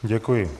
Děkuji.